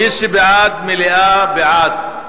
מי שבעד מליאה, בעד,